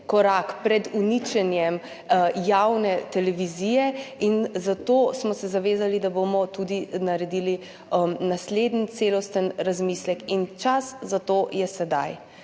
korak pred uničenjem javne televizije. Zato smo se zavezali, da bomo tudi naredili naslednji celosten razmislek, in čas za to je sedaj.